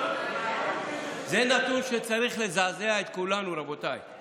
זה נתון שצריך לזעזע את כולנו, רבותיי.